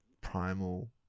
primal